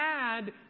add